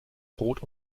brot